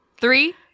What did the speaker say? Three